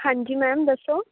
ਹਾਂਜੀ ਮੈਮ ਦੱਸੋ